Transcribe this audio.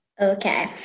Okay